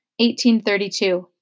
1832